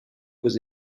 aux